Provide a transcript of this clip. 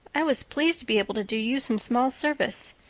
i was pleased to be able to do you some small service.